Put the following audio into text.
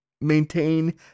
maintain